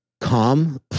Calm